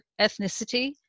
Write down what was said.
ethnicity